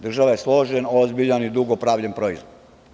Država je složen, ozbiljan i dugo pravljen proizvod.